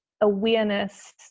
awareness